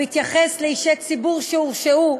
המתייחס לאישי ציבור שהורשעו: